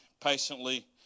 patiently